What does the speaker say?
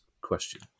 question